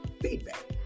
feedback